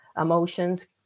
emotions